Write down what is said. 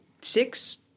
six